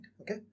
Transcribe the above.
okay